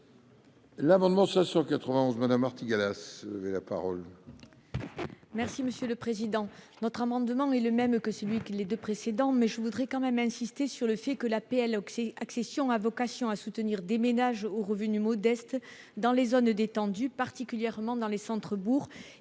L'amendement ça sur 91 Madame Artigalas la parole. Merci monsieur le président, notre amendement est le même que celui que les 2 précédents mais je voudrais quand même insister sur le fait que l'APL occis accession à vocation à soutenir des ménages aux revenus modestes dans les zones détendues, particulièrement dans les centres bourgs